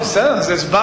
לא, בסדר, אז הסברנו.